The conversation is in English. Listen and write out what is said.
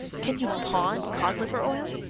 can you pawn cod-liver oil?